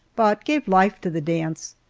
but gave life to the dance,